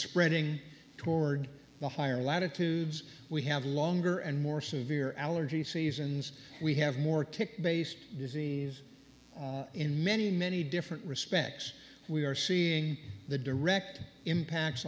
spreading toward the higher latitudes we have longer and more severe allergy seasons we have more tick based disease in many many different respects we are seeing the direct impact